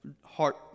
heart